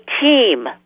team